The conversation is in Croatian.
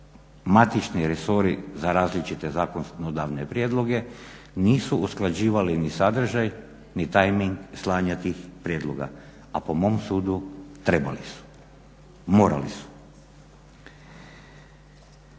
matični resori za različite zakonodavne prijedloge nisu usklađivali ni sadržaj, ni timeing slanja tih prijedloga, a po mom sudu trebali su, morali su.